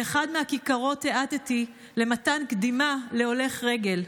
באחת מהכיכרות האטתי למתן זכות קדימה להולך רגל.